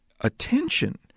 attention